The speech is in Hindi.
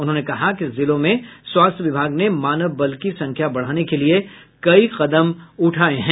उन्होंने कहा कि जिलों में स्वास्थ्य विभाग ने मानव बल की संख्या बढ़ाने के लिये कई कदम उठाये हैं